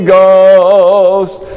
Ghost